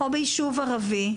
או ביישוב ערבי,